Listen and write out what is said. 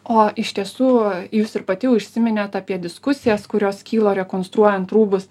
o iš tiesų jūs ir pati užsiminėt apie diskusijas kurios kyla rekonstruojant rūbus